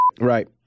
right